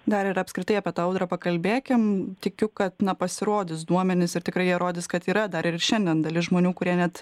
dar ir apskritai apie tą audrą pakalbėkim tikiu kad pasirodys duomenys ir tikrai jie rodys kad yra dar ir šiandien dalis žmonių kurie net